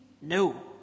No